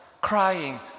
crying